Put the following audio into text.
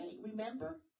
remember